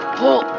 pull